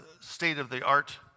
state-of-the-art